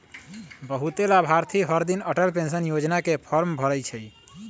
बहुते लाभार्थी हरदिन अटल पेंशन योजना के फॉर्म भरई छई